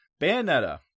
Bayonetta